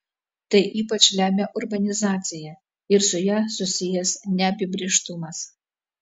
tai ypač lemia urbanizacija ir su ja susijęs neapibrėžtumas